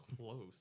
close